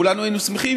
וכולנו היינו שמחים,